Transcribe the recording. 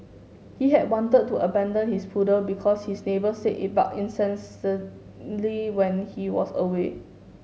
he had wanted to abandon his poodle because his neighbours said it bark when he was away